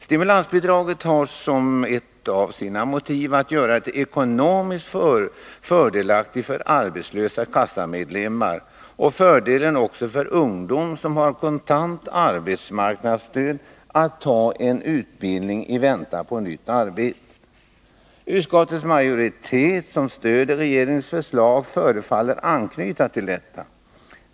Stimulansbidraget har som ett av sina motiv att göra det ekonomiskt fördelaktigt för arbetslösa kassamedlemmar och fördelen för ungdomar som har kontant arbetsmarknadsstöd att ta upp en utbildning i väntan på nytt arbete. Utskottets majoritet, som stöder regeringens förslag, förefaller anknyta till detta.